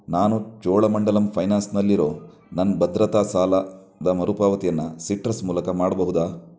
ನಾನು ಚೋಳಮಂಡಲಂ ಫೈನಾನ್ಸ್ನಲ್ಲಿರೋ ನನ್ನ ಭದ್ರತಾ ಸಾಲದ ಮರುಪಾವತಿಯನ್ನು ಸಿಟ್ರಸ್ ಮೂಲಕ ಮಾಡಬಹುದಾ